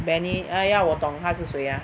Benny ah ya 我懂他是谁啊